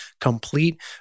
Complete